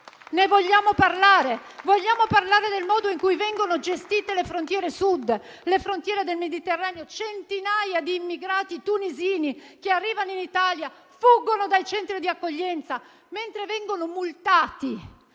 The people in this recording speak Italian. Vogliamo parlare del modo in cui vengono gestite le frontiere Sud, le frontiere del Mediterraneo? Centinaia di immigrati tunisini arrivano in Italia e fuggono dai centri di accoglienza mentre vengono multati